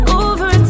over